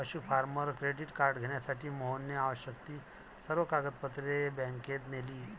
पशु farmer credit card घेण्यासाठी मोहनने आवश्यक ती सर्व कागदपत्रे बँकेत नेली